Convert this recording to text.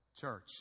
Church